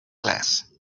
class